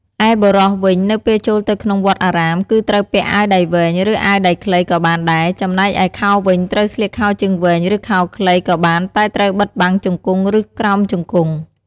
ឯបុរសវិញនៅពេលចូលទៅក្នុងវត្តអារាម គឺត្រូវពាក់អាវដៃវែង ឬអាវដៃខ្លីក៏បានដែរ ចំណែកឯខោវិញត្រូវស្លៀកខោជើងវែង ឬខោខ្លីក៏បានតែត្រូវបិទបាំងជង្គុងឬក្រោមជង្គុង។